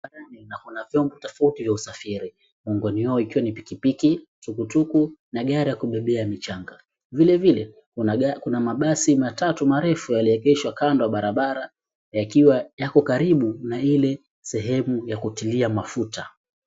Barabarani kuna viombo tofauti vya usafiri. Miongoni mwao ikiwa ni pikipiki, tukutuku na gari ya kubebea mchanga. Vile vile kuna mabasi matatu marefu yaliyoegeshwa kando ya barabara yakiwa yako karibu na ile sehemu ya kutilia mafuta.